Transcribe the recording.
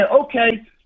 okay